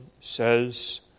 says